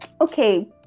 okay